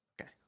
Okay